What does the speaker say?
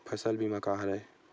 फसल बीमा का हरय?